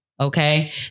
okay